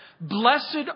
Blessed